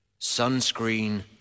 sunscreen